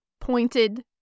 pointed